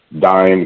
dying